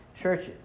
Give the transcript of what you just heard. churches